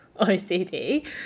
OCD